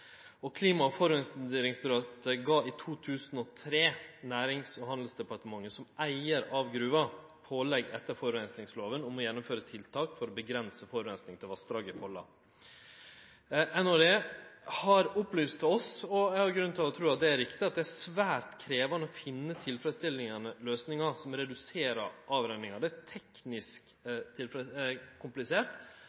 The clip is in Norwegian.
og forurensningsdirektoratet gav i 2003 Nærings- og handelsdepartementet som eigar av gruva pålegg etter forureiningslova om å gjennomføre tiltak for å avgrense forureining til vassdraget Folla. NHD har opplyst om – og eg har grunn til å tru at det er riktig – at det er svært krevjande å finne tilfredsstillande løysingar som reduserer avrenninga. Det er teknisk